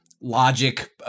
logic